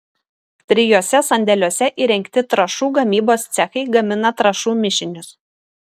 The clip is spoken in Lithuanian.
trijuose sandėliuose įrengti trąšų gamybos cechai gamina trąšų mišinius